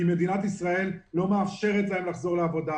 מדינת ישראל לא מאפשרת להם לחזור לעבודה,